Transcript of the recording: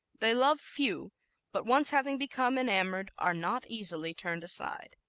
they love few but once having become enamored are not easily turned aside.